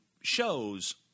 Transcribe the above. shows